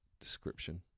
description